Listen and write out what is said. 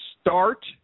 start